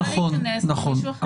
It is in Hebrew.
הוא נשאר עדיין בסטטוס הקודם שלו.